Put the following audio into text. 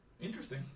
Interesting